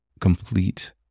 complete